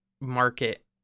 market